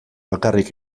bakarrik